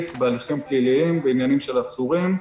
בהליכים פליליים בעניינים של עצורים,